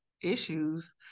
issues